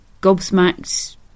gobsmacked